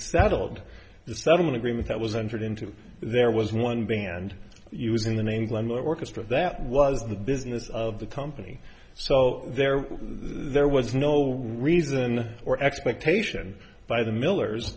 settled the settlement agreement that was entered into there was one band using the name glen orchestra that was the business of the company so there there was no reason or expectation by the millers